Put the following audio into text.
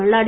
Malladi